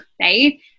right